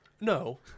No